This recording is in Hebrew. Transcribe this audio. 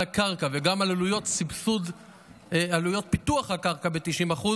הקרקע וגם סבסוד עלויות פיתוח הקרקע ב-90%,